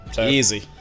Easy